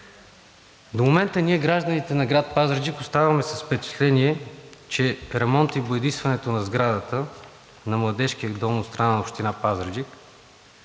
До момента ние, гражданите на град Пазарджик, оставаме с впечатление, че ремонтът и боядисването на сградата на Младежкия дом от страна на Община Пазарджик